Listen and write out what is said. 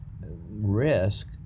risk